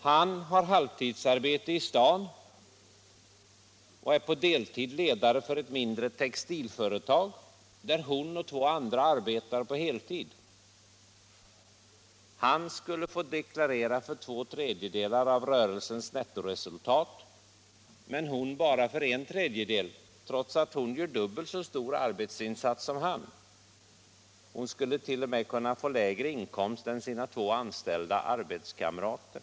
Han har halvtidsarbete i staden och är på deltid ledare för ett mindre textilföretag, där hon och två andra arbetar på heltid. Han skulle få deklarera för två tredjedelar av rörelsens nettoresultat men hon bara för en tredjedel, trots att hon gör dubbelt så stor arbetsinsats som han. Hon skulle t.o.m. kunna få lägre inkomster än sina två anställda arbetskamrater!